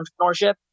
entrepreneurship